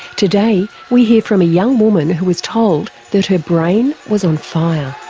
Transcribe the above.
today we hear from a young woman who was told that her brain was on fire.